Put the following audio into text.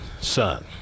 Son